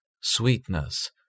sweetness